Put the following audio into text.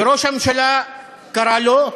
וראש הממשלה קרא לו,